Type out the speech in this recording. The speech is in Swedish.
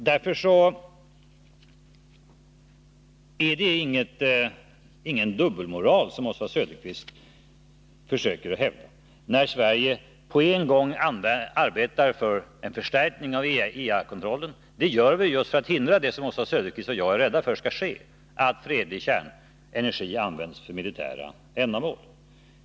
Därför är det inte fråga om någon dubbelmoral, så som Oswald Söderqvist försöker att hävda, när Sverige samtidigt arbetar för en förstärkning av IAEA:s kontroll. Det gör vi just för att hindra det som Oswald Söderqvist och jag är rädda för skall ske, att fredlig kärnenergi används för militära ändamål.